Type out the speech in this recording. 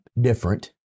different